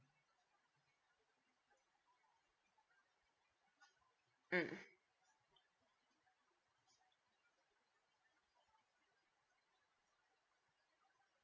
mm